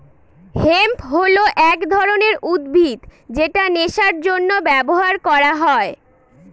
hemp হল এক ধরনের উদ্ভিদ যেটা নেশার জন্য ব্যবহার করা হয়